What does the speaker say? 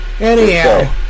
Anyhow